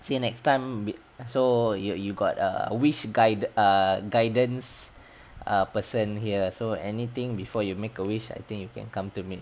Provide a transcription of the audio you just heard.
see you next time so you you got a wish guide~ uh guidance err person here so anything before you make a wish I think you can come to me